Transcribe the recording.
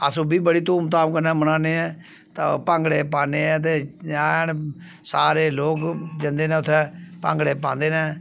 अस ओह् बी बड़ी धूम धाम कन्नै मन्नाने आं ते भांगड़े पान्ने आं ते सारे लोग जंदे न उत्थें भांगड़े पांदे न